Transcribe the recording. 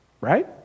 Right